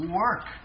work